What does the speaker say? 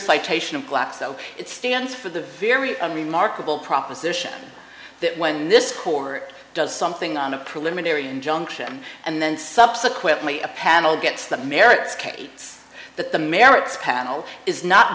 citation of glaxo it stands for the very remarkable proposition that when this court does something on a preliminary injunction and then subsequently a panel gets the merits kate that the merits panel is not